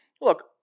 Look